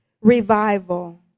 revival